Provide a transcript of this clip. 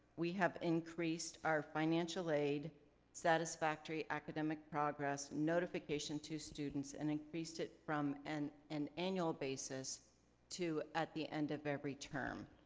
we have increased our financial aid satisfactory academic progress notification to students and increased it from and an annual basis to at the end of every term.